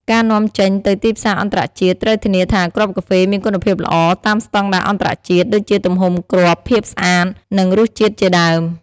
ការនាំចេញទៅទីផ្សារអន្តរជាតិ ត្រូវធានាថាគ្រាប់កាហ្វេមានគុណភាពល្អ តាមស្តង់ដារអន្តរជាតិ ដូចជាទំហំគ្រាប់ ភាពស្អាត និងរសជាតិជាដើម។